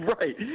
Right